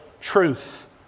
truth